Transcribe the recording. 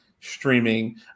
streaming